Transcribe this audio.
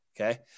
okay